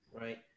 right